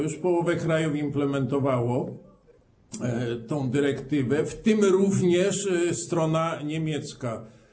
Już połowa krajów implementowała tę dyrektywę, w tym również strona niemiecka.